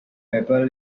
papal